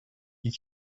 you